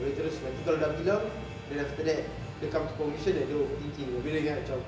abeh terus nanti kalau dah bilang then after that dia come to conclusion that dia overthinking abeh dia ingat macam